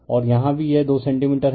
और यहाँ भी यह 2 सेंटीमीटर है